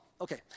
okay